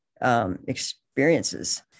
experiences